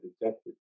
detected